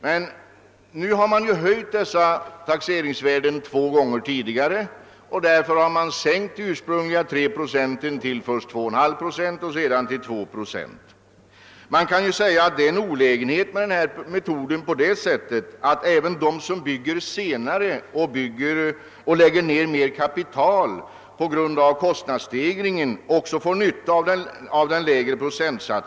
Man har höjt dessa taxeringsvärden två gånger tidigare och därför också sänkt de ursprungliga 3 procenten till först 2,5 procent och sedan 2 procent. Det kan sägas att en olägenhet med denna metod är att även de som bygger senare och lägger ned mera kapital på grund av kostnadsstegringen ju också får nytta av den lägre procenten.